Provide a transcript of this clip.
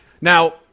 Now